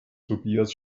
tobias